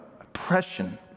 oppression